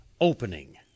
opening